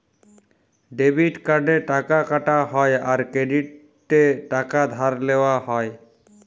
debit কার্ডে টাকা কাটা হ্যয় আর ক্রেডিটে টাকা ধার লেওয়া হ্য়য়